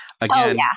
again